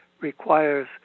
requires